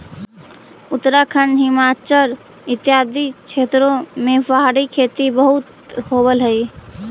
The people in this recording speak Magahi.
उत्तराखंड, हिमाचल इत्यादि क्षेत्रों में पहाड़ी खेती बहुत होवअ हई